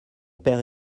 père